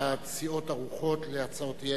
התשע”א